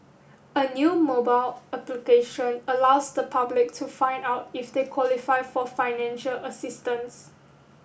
a new mobile application allows the public to find out if they qualify for financial assistance